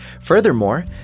Furthermore